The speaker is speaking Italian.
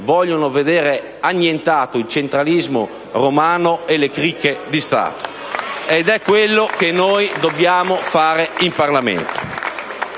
vogliono vedere annientato il centralismo romano e le cricche di Stato, ed è quello che noi dobbiamo fare in Parlamento.